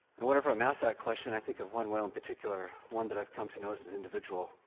and whenever i'm asked that question, i think of one whale in particular, one that i've come to know as an individual.